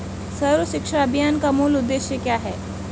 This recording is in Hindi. सर्व शिक्षा अभियान का मूल उद्देश्य क्या है?